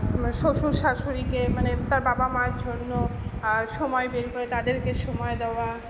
মানে শ্বশুর শাশুড়িকে মানে তার বাবা মার জন্য সময় বের করে তাঁদেরকে সময় দেওয়া